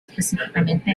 específicamente